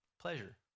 pleasure